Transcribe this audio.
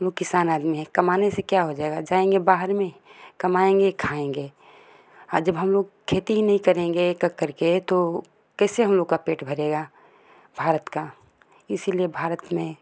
किसान आदमी हैं कमाने से क्या होगा जाएंगे बाहर में कमाएंगे खाएंगे आ जब हम लोग खेती ही नहीं करेंगे एक एक कर के तो कैसे हम लोग का पेट भरेगा भारत का इसलिए भारत में